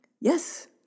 Yes